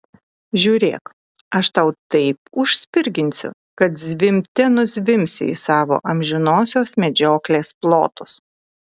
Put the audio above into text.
žiūrėk aš tau taip užspirginsiu kad zvimbte nuzvimbsi į savo amžinosios medžioklės plotus